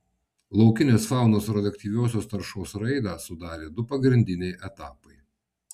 laukinės faunos radioaktyviosios taršos raidą sudarė du pagrindiniai etapai